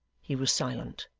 he was silent.